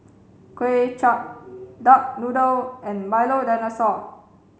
Kuay Chap Duck Noodle and Milo Dinosaur